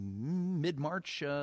mid-March